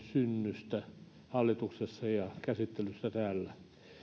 synnystä hallituksessa ja käsittelystä täällä